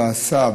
ועשה,